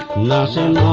last in